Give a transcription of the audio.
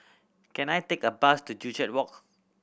can I take a bus to Joo Chiat Walk